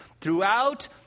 throughout